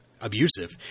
abusive